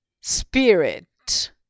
spirit